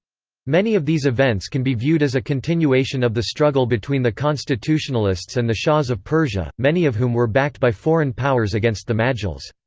many of these events can be viewed as a continuation of the struggle between the constitutionalists and the shahs of persia, many of whom were backed by foreign powers against the majles.